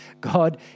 God